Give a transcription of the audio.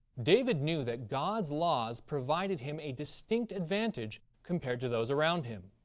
david knew that god's laws provided him a distinct advantage compared to those around him.